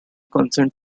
consent